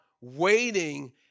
waiting